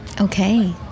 Okay